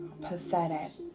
pathetic